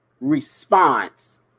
response